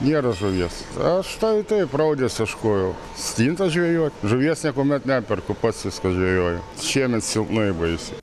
nėra žuvies aš tai taip raudės ieškojau stintos žvejot žuvies niekuomet neperku pats viską žvejoju šiemet silpnai baisiai